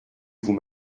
vous